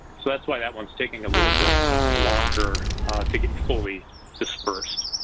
so that's why that one is taking a little bit longer to get fully dispersed.